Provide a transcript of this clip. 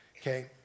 Okay